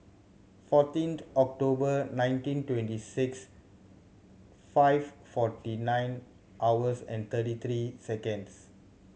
fourteenth October nineteen twenty six five forty nine hours and thirty three seconds